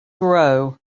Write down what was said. grow